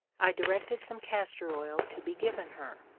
i directed some castor-oil to be given her.